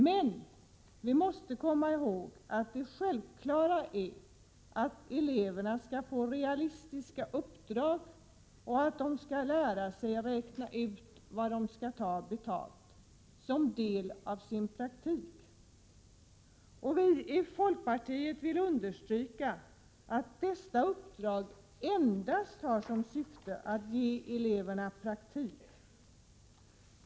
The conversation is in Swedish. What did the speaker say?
Men vi måste komma ihåg att det självklara är att eleverna skall få realistiska uppdrag och att de skall lära sig att räkna ut vad de skall ta betalt, som en del av sin praktik. Vii folkpartiet vill understryka att dessa uppdrag endast har som syfte att ge eleverna praktik.